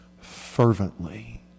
fervently